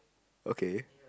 okay